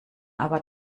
aber